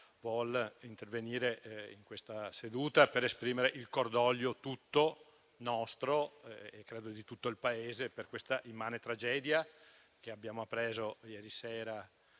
voglio intervenire in questa sede per esprimere il cordoglio nostro e credo di tutto il Paese per questa immane tragedia che abbiamo appreso ieri sera